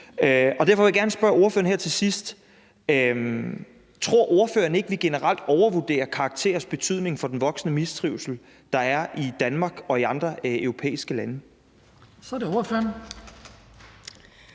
Derfor vil jeg gerne spørge ordføreren her til sidst: Tror ordføreren ikke, vi generelt overvurderer karakterers betydning for den voksende mistrivsel, der er i Danmark og i andre europæiske lande? Kl. 19:01 Den